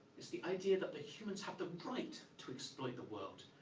it's the idea that the humans have the right to exploit the world.